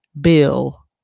bill